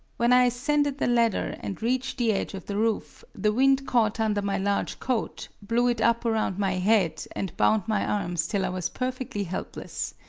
when i ascended the ladder and reached the edge of the roof, the wind caught under my large coat, blew it up around my head and bound my arms till i was perfectly helpless.